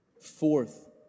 Fourth